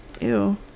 Ew